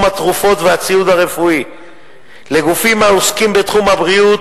התרופות והציוד הרפואי לגופים העוסקים בתחום הבריאות.